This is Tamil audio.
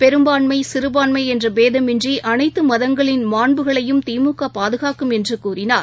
பெரும்பான்மை சிறபான்மைஎன்றபேதமின்றிஅனைத்தமதங்களின் மான்புகளையும் திமுகபாதுகாக்கும் என்றுகூறினார்